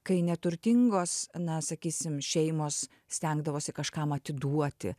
kai neturtingos na sakysim šeimos stengdavosi kažkam atiduoti